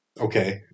Okay